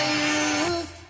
youth